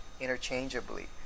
interchangeably